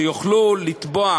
שהם יוכלו לתבוע.